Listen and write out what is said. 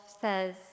says